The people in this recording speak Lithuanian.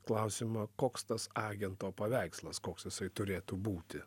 klausimą koks tas agento paveikslas koks jisai turėtų būti